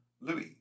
Louis